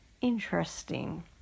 Interesting